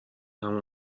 همون